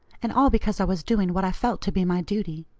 and all because i was doing what i felt to be my duty.